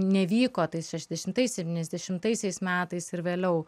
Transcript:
nevyko tais šešiasdešimtais septyniasdešimtaisiais metais ir vėliau